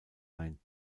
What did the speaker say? ein